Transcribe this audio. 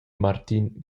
martin